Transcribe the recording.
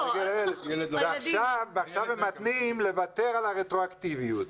עכשיו הם מתנים לוותר על הרטרואקטיביות.